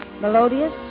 melodious